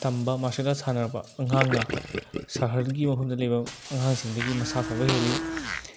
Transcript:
ꯊꯝꯕ martial art ꯁꯥꯟꯅꯕ ꯑꯉꯥꯡꯅ ꯁꯍꯔꯒꯤ ꯃꯐꯝꯗ ꯂꯩꯕ ꯑꯉꯥꯡꯁꯤꯡꯗꯒꯤ ꯃꯁꯥ ꯐꯕ ꯍꯦꯜꯂꯤ